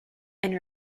and